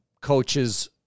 coaches